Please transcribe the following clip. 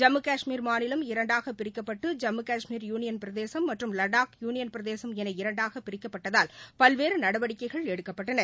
ஜம்மு காஷ்மீர் மாநிலம் இரண்டாக பிடிக்கப்பட்டு ஜம்மு காஷ்மீர் யூனியன் பிரதேசம் மற்றும் லடாக் யூனியன் பிரதேசம் என இரண்டாக பிரிக்கப்பட்டதால் பல்வேறு நடவடிக்கைகள் எடுக்கப்பட்டன